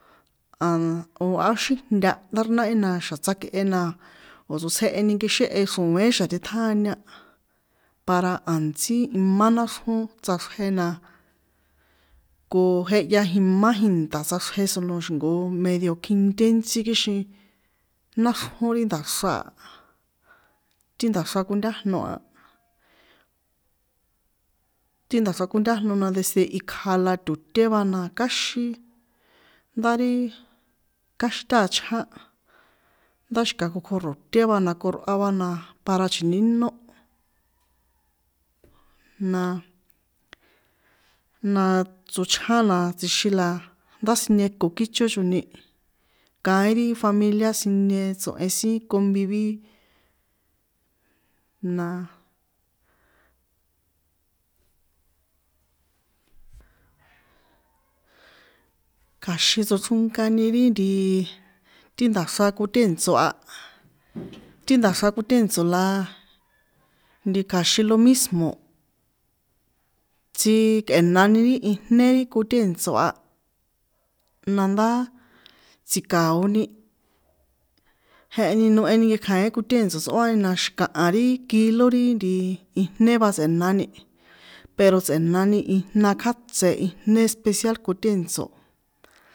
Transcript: Á xi̱jnta ndá ri náhi na xa̱ tsjakꞌe na, o̱ tsotsjeheni nekexe xro̱én xa̱ tꞌiṭjáña para a̱ntsí imá náxrjón tsꞌaxrjen na ko jehya imá ìnta̱ tsꞌaxrje solo xinko medio kjinté ntsí kixin náxrjón ri nda̱xra a, ti nda̱xra kontajno a, ti nda̱xra kontájno la ndesi ikja va na to̱té va na káxin, nda ri káxin taha ichján, ndá xi̱ka kokjo to̱té va na kokjo rꞌua va na para chji̱nínó, na naa tsochján na tsjixin la ndá sinieko kícho choni, kaín ri familia sinie tso̱hen sin convivir, na. Kja̱xin tsochronkani ri nda̱xra kotèntso̱ a, ti nda̱xra kotènṭso̱ la nti kja̱xin lo mismó, tsikꞌe̱nani ri ijné ri kotèntso̱ a nandá tsi̱ka̱oni, jeheni noheni nkekja̱in kotèntso̱ tsꞌóani na xi̱kaha ri kilo ri ijné va tsꞌe̱nani, pero tsꞌe̱nani ijna kjátsé, ijné especial kotèntso̱.